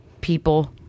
people